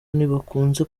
ntibakunze